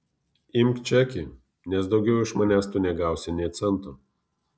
imk čekį nes daugiau iš manęs tu negausi nė cento